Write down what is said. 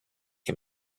him